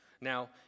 Now